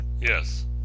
Yes